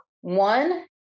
One